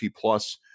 plus